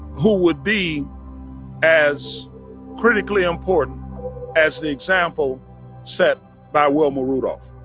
who would be as critically important as the example set by wilma rudolph